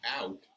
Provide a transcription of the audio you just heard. out